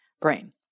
brain